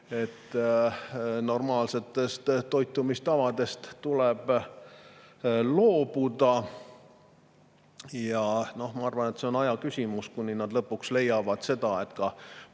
normaalsetest toitumistavadest tuleb loobuda. Ma arvan, et see on aja küsimus, kuni lõpuks leitakse, et ka